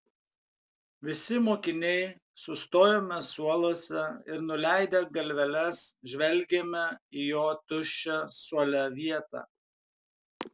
visi mokiniai sustojome suoluose ir nuleidę galveles žvelgėme į jo tuščią suole vietą